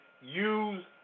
use